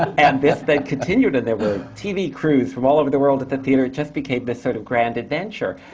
and this then continued, and there were tv crews from all over the world at the theatre. it just became this sort of grand adventure.